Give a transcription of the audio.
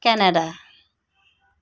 Canada